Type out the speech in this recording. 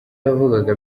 yavugaga